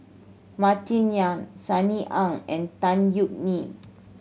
Martin Yan Sunny Ang and Tan Yeok Nee